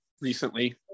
recently